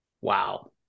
Wow